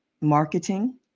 marketing